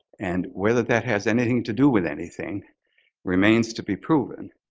and whether that has anything to do with anything remains to be proven.